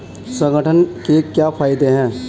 संगठन के क्या फायदें हैं?